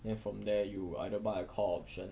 then from there you either buy a call option